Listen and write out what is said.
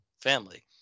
family